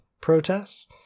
protests